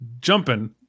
jumping